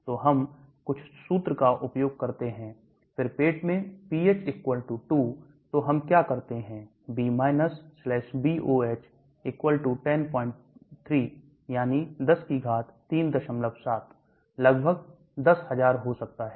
तो हम कुछ सूत्र का उपयोग करते हैं फिर पेट में pH 2 तो हम क्या करते हैं B BOH 103 यानी 10 की घात 37 लगभग 10000 हो सकता है